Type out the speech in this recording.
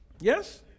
Yes